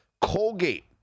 Colgate